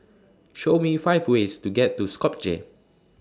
Show Me five ways to get to Skopje